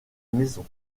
maison